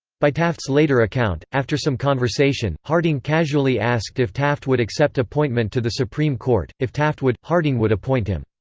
by taft's later account, after some conversation, harding casually asked if taft would accept appointment to the supreme court if taft would, harding would appoint him.